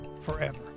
forever